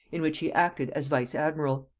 in which he acted as vice-admiral.